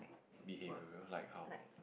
words like